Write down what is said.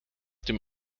dem